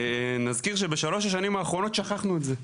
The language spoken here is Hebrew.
נזכיר שבשלוש השנים האחרונות שכחנו את זה.